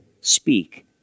speak